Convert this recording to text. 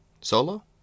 Solo